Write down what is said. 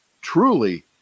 truly